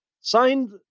signed